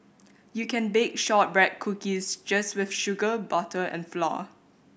you can bake shortbread cookies just with sugar butter and flour